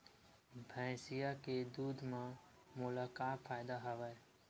भैंसिया के दूध म मोला का फ़ायदा हवय?